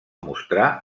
mostrar